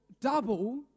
double